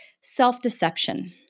self-deception